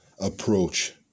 approach